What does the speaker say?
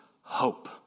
hope